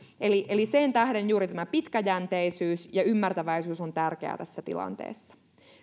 eli eli sen tähden juuri tämä pitkäjänteisyys ja ymmärtäväisyys on tärkeää tässä tilanteessa